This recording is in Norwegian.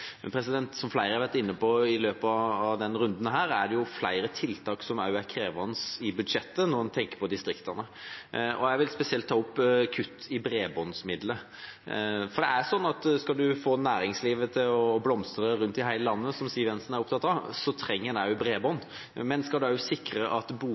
Som flere har vært inne på i løpet av denne runden, er det flere tiltak som også er krevende i budsjettet, når en tenker på distriktene. Jeg vil spesielt ta opp kutt i bredbåndsmidler, for skal en få næringslivet til å blomstre rundt om i hele landet, noe som Siv Jensen er opptatt av, trenger en også bredbånd. Og skal en sikre at